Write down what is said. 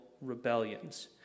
rebellions